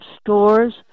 stores